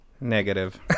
Negative